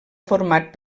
format